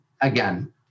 Again